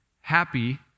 happy